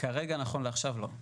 נכון לעכשיו לא.